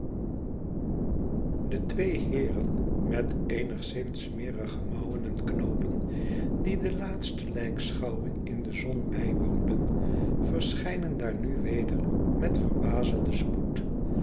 de twee heeren met eenigszins smerige mouwen en knoopen die de laatste lijkschouwing in de zon bijwoonden verschijnen daar nu weder met verbazenden spoed